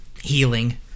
healing